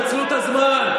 תנצלו את הזמן.